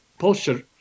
posture